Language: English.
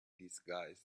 disguised